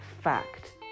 fact